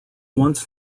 once